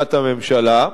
לכהונת הממשלה.